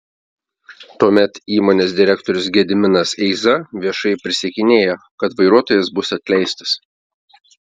tuomet įmonės direktorius gediminas eiza viešai prisiekinėjo kad vairuotojas bus atleistas